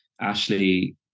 Ashley